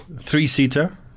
Three-seater